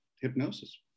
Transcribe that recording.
hypnosis